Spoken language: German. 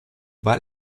wahl